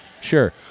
Sure